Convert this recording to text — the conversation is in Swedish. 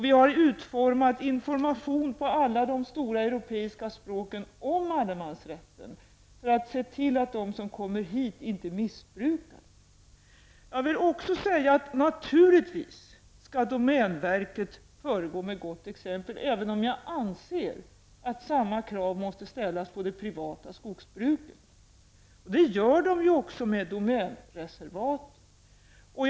Vi har utformat information på alla de stora europeiska språken om allemansrätten för att se till att de som kommer hit inte missbrukar den. Naturligtvis skall domänverket föregå med gott exempel, även om jag anser att samma krav måste ställas på det privata skogsbruket. Det gör det ju också med domänreservaten.